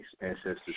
Ancestors